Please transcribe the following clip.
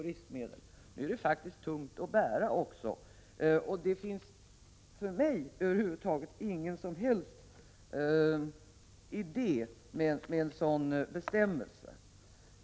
Livsmedel är tunga att bära, och det finns för mig ingen som helst mening med en bestämmelse som denna.